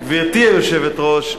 גברתי היושבת-ראש,